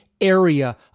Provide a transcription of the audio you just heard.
area